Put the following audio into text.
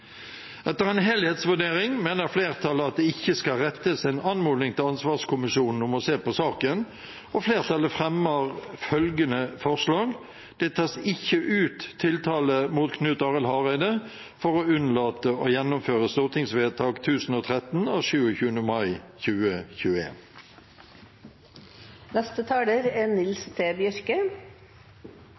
Etter en helhetsvurdering mener flertallet at det ikke skal rettes en anmodning til ansvarskommisjonen om å se på saken. Flertallet fremmer følgende forslag: «Det tas ikke ut tiltale mot Knut Arild Hareide for å unnlate å gjennomføre stortingsvedtak 1013 av 27. mai